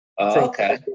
Okay